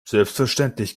selbstverständlich